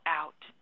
out